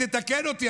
תתקן אותי,